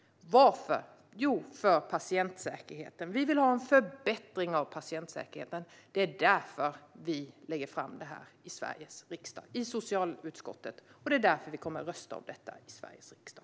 Varför? Jo, för patientsäkerhetens skull. Vi vill ha en förbättring av patientsäkerheten. Det är därför vi i socialutskottet lägger fram detta i Sveriges riksdag, och därför kommer vi att rösta om detta i Sveriges riksdag.